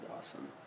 awesome